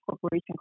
corporation